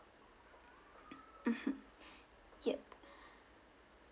mmhmm yup